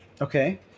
okay